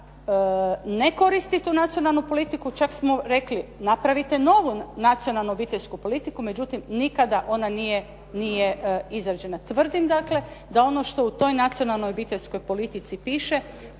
ne koristi tu nacionalnu politiku. Čak smo rekli napravite novu nacionalnu obiteljsku politiku, međutim nikada nije ona izrađena. Tvrdim dakle, da u ono što u toj nacionalnoj obiteljskoj politici piše,